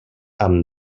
amb